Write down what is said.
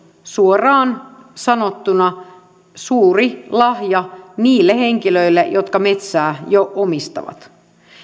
suoraan sanottuna suuri lahja niille henkilöille jotka metsää jo omistavat